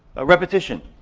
ah repetition,